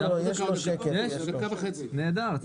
יש לנו 45 מיליון ביקורים בשנה,